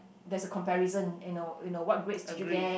there's a comparison you know you know what grades did you get